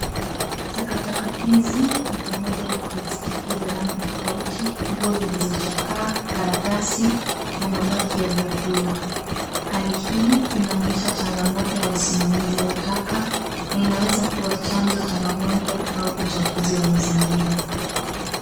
Takataka hizi ni pamoja na plastiki za rangi tofauti, nguo zilizochakaa, karatasi na mabaki ya vyakula. Hali hii inaonyesha changamoto ya usimamizi wa taka na inaweza kuwa chanzo cha magonjwa au uchafuzi wa mazingira.